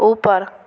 ऊपर